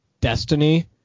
destiny